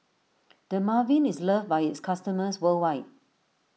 Dermaveen is loved by its customers worldwide